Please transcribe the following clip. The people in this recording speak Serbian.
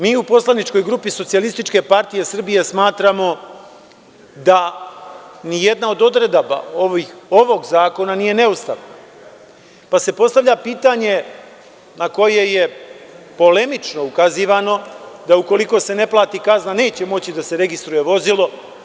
Mi u poslaničkoj grupi SPS smatramo da ni jedna od odredaba ovog zakona nije neustavna, pa se postavlja pitanje na koje je polemično ukazivano, da ukoliko se ne plati kazna neće moći da se registruje vozilo.